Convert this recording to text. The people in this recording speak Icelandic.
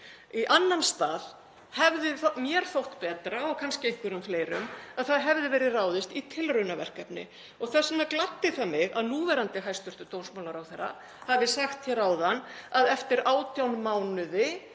Í annan stað hefði mér þótt betra og kannski einhverjum fleirum að það hefði verið ráðist í tilraunaverkefni og þess vegna gladdi það mig að núverandi hæstv. dómsmálaráðherra hafi sagt hér áðan að eftir 18 mánuði